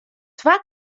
twa